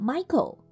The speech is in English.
Michael